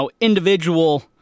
individual